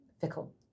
fickle